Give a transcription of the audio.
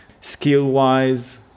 skill-wise